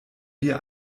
dir